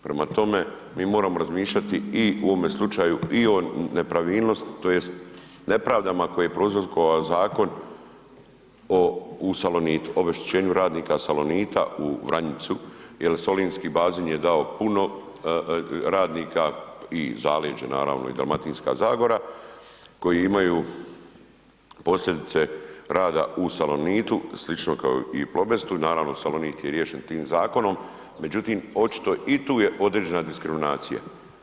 Prema tome, mi moramo razmišljati i u ovome slučaju i o nepravilnosti tj. nepravdama koje je prouzrokovao Zakon o, u Salonitu, obeštećenju radnika Salonita u Vranjicu jel solinski bazen je dao puno radnika i zaleđe naravno i Dalmatinska zagora, koji imaju posljedice rada u Salonitu, slično kao i u Plobestu, naravno Salonit je riješen tim zakonom, međutim, očito i tu je određena diskriminacija.